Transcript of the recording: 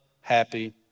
happy